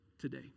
today